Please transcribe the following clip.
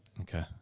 Okay